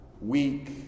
weak